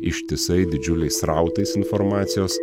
ištisai didžiuliais srautais informacijos